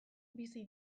bizi